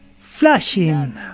flashing